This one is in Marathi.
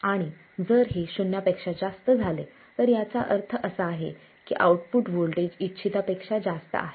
आणि जर हे शून्यापेक्षा जास्त झाले तर याचा अर्थ असा आहे की आउटपुट व्होल्टेज इच्छिता पेक्षा जास्त आहे